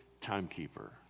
timekeeper